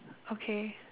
okay